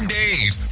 days